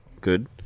good